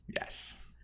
Yes